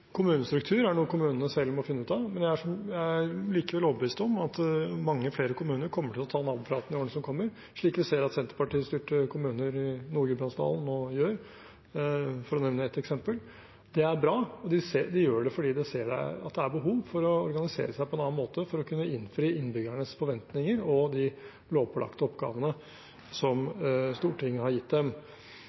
kommunestruktur er noe kommunene selv må finne ut av, men jeg er likevel overbevist om at mange flere kommuner kommer til å ta nabopraten i årene som kommer, slik vi ser at Senterparti-styrte kommuner i Nord-Gudbrandsdalen nå gjør, for å nevne et eksempel. Det er bra. De gjør det fordi de ser at det er behov for å organisere seg på en annen måte for å kunne innfri innbyggernes forventninger og de lovpålagte oppgavene Stortinget har gitt dem.